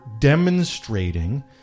demonstrating